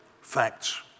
facts